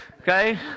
Okay